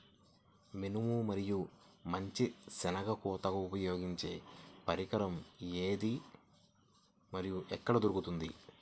మినుము మరియు మంచి శెనగ కోతకు ఉపయోగించే పరికరం ఏది మరియు ఎక్కడ దొరుకుతుంది?